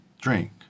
drink